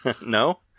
no